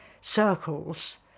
circles